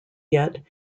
yet